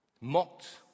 mocked